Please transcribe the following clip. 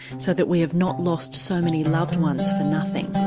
so that we have not lost so many loved ones for nothing.